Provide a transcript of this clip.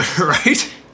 Right